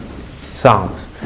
songs